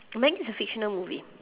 meg is a fictional movie